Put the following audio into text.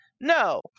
No